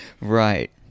right